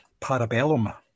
Parabellum